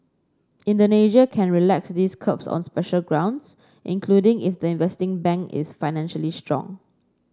Indonesia can relax these curbs on special grounds including if the investing bank is financially strong